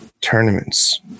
tournaments